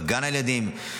בגן הילדים,